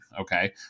Okay